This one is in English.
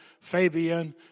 Fabian